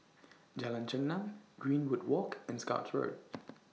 Jalan Chengam Greenwood Walk and Scotts Road